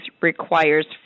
requires